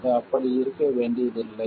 அது அப்படி இருக்க வேண்டியதில்லை